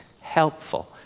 helpful